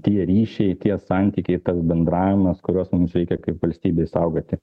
tie ryšiai tie santykiai tas bendravimas kuriuos mums reikia kaip valstybei saugoti